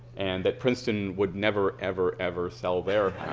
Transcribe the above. and that princeton would never, ever, ever sell their